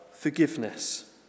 forgiveness